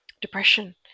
depression